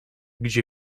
gdzie